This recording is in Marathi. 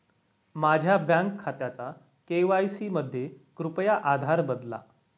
माझ्या बँक खात्याचा के.वाय.सी मध्ये कृपया आधार बदला